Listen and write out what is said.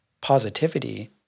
positivity